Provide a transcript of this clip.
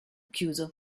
chiuso